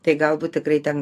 tai galbūt tikrai ten